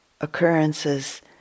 occurrences